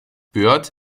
bird